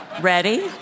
Ready